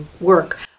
work